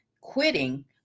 quitting